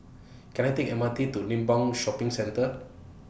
Can I Take M R T to Limbang Shopping Centre